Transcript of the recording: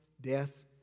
death